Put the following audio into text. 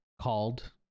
called